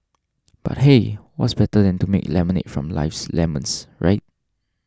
but hey what better than to make lemonade from life's lemons right